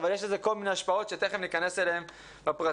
אבל יש לזה כל מיני השפעות שתיכף ניכנס אליהן בפרטים.